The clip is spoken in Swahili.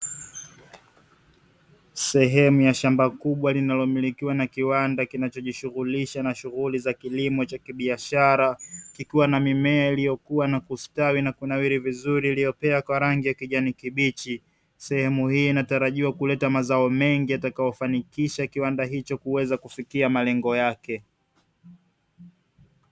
Sehemu ya shamba kubwa linalomilikiwa na kiwanda kinachojishughulisha na shughuli za kilimo cha kibiashara. Kikiwa na mimea iliyokuwa na kustawi na kunawiri vizuri iliyopea kwa rangi ya kijani kibichi, sehemu hii inatarajiwa kuleta mazao mengi yatakayofanikisha kiwanda hicho kuweza kufikia malengo yake.